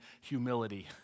humility